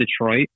Detroit